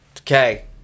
Okay